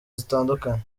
zitandukanye